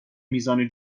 میزان